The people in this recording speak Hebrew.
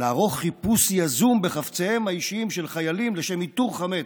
לערוך חיפוש יזום בחפציהם האישיים של חיילים לשם איתור חמץ,